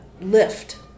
Lift